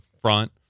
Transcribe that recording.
front